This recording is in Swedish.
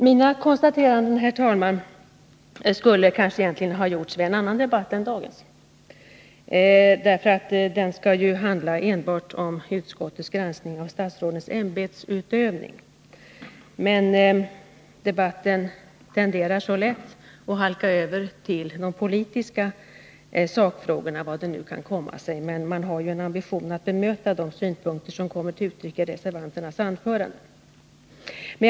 Mina konstateranden, herr talman, skulle kanske egentligen ha gjortsien Nr 145 annan debatt än dagens, eftersom den ju skall handla enbart om utskottets Onsdagen den granskning av statsrådens ämbetsutövning. Men debatten tenderar så lätt att 20 maj 1981 halka över till de politiska sakfrågorna, hur det nu kan komma sig, och man har ju en ambition att bemöta de synpunkter som kommer till uttryck i reservanternas anföranden.